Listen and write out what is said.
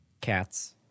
Cats